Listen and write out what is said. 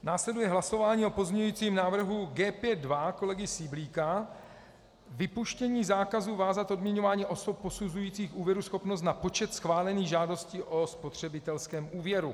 Následuje hlasování o pozměňujícím návrhu G5.2 kolegy Syblíka, vypuštění zákazu vázat odměňování osob posuzujících úvěruschopnost na počet schválených žádostí o spotřebitelském úvěru.